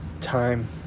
time